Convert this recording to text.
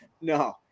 No